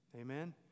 Amen